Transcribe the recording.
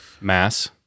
Mass